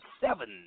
seven